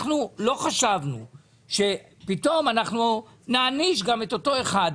אנחנו לא חשבנו שפתאום אנחנו נעניש גם את אותו אחד.